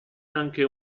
anche